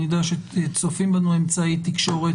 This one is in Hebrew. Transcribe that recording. אני יודע שצופים בנו באמצעי התקשורת,